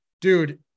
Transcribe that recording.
dude